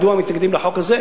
מדוע מתנגדים לחוק הזה,